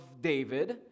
David